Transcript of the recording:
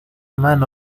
mano